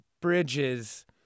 Bridges